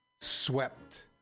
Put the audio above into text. swept